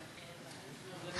שלוש